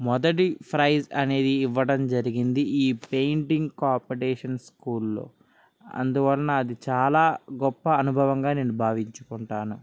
మొదటి ప్రైజ్ అనేది ఇవ్వడం జరిగింది ఈ పెయింటింగ్ కాంపిటీషన్ స్కూల్లో అందువలన అది చాలా గొప్ప అనుభవంగా నేను భావించుకుంటాను